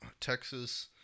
Texas